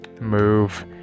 move